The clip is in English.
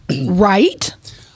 Right